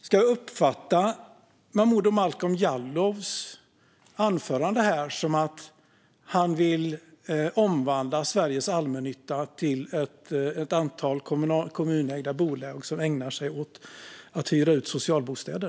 Ska jag uppfatta Momodou Malcolm Jallows anförande här som att han vill omvandla Sveriges allmännytta till ett antal kommunägda bolag som ägnar sig åt att hyra ut socialbostäder?